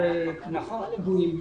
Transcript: המתווה שהחוק דיבר עליו הוסכם על המדינה.